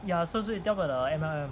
ya so so you tell about M_L_M